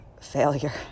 failure